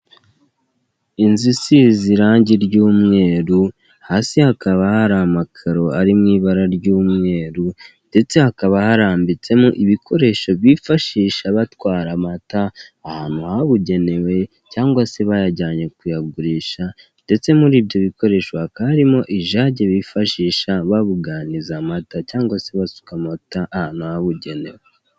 Inzu isize irangi ry'umweru, hasi hakaba hari amakaro ari mu ibara ry'umweru ndetse hakaba harambitsemo ibikoresho bifashisha batwara amata ahantu habugenewe cyangwa se bayajyanye kuyagurisha ndetse muri ibyo bikoresho hakaba harimo ijage bifashisha babuganiza amata cyangwa se basuka amata ahantu habugenewe.